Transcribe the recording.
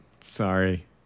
Sorry